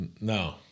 No